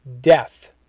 death